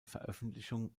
veröffentlichung